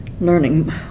learning